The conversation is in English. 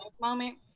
moment